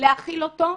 להאכיל אותו,